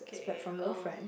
spread from your friend